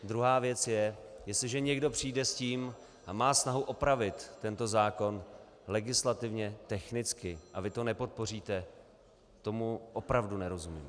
Druhá věc je, jestliže někdo přijde s tím a má snahu opravit tento zákon legislativně technicky, a vy to nepodpoříte, tomu opravdu nerozumím.